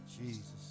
Jesus